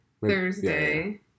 Thursday